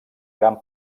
gran